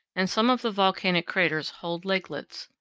and some of the volcanic craters hold lakelets.